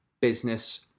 business